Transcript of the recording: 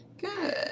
Good